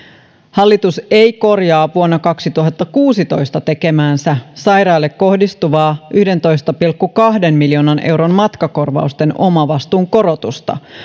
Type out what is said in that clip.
hallitus ei korjaa vuonna kaksituhattakuusitoista tekemäänsä sairaille kohdistuvaa yhdentoista pilkku kahden miljoonan euron matkakorvausten omavastuun korotusta